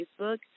Facebook